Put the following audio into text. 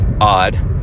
odd